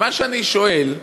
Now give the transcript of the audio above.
מה שאני שואל: